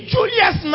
Julius